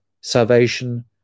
Salvation